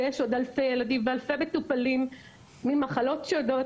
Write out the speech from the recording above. ויש עוד אלפי ילדים ואלפי מטופלים עם מחלות שונות.